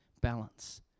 balance